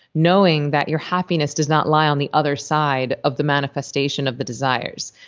knowing that your happiness does not lie on the other side of the manifestation of the desires.